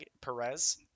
Perez